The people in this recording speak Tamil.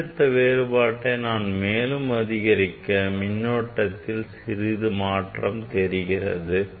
மின்னழுத்த வேறுபாட்டை நான் மேலும் அதிகரிக்க மின்னோட்டத்தில் சிறிய மாற்றம் தெரிகிறது